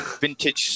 vintage